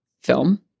film